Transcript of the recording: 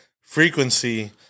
frequency